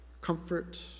comfort